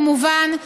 כמובן,